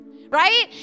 Right